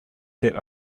set